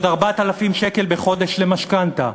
ועוד 4,000 שקל בחודש למשכנתה.